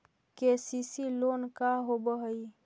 KCC loan का होब हइ?